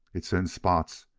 it's in spots,